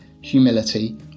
humility